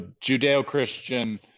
Judeo-Christian